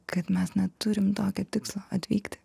kad mes neturim tokio tikslo atvykti